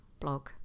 blog